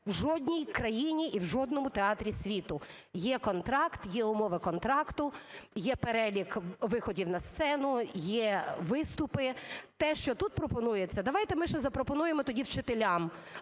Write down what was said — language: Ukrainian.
в жодній країні і в жодному театрі світу. Є контракт, є умови контракту, є перелік виходів на сцену, є виступи. Те, що тут пропонується, давайте ми ще запропонуємо тоді вчителям